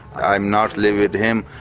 i not live with him,